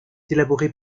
élaboré